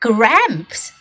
Gramps